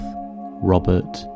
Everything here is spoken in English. robert